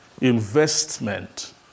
investment